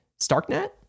Starknet